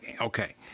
Okay